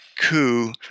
coup